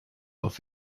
auf